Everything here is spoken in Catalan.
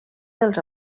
dels